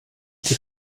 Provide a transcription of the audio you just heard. die